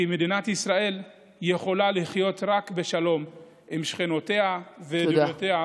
כי מדינת ישראל יכולה לחיות רק בשלום עם שכנותיה וידידותיה.